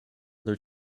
their